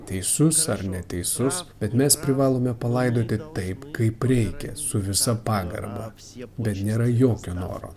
teisus ar neteisus bet mes privalome palaidoti taip kaip reikia su visa pagarba bet nėra jokio noro